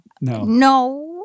no